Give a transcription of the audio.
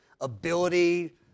ability